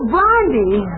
Blondie